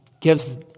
gives